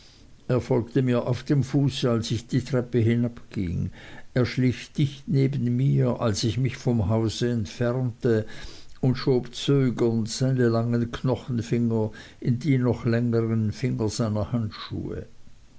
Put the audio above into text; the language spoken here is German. folgte mir auf dem fuße als ich die treppe hinabging er schlich dicht neben mir als ich mich vom hause entfernte und schob zögernd seine langen knochenfinger in die noch längern finger seiner handschuhe